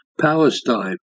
Palestine